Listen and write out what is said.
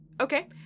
Okay